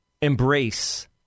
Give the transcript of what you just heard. embrace